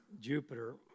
Jupiter